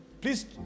please